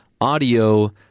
audio –